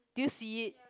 do you see it